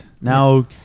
now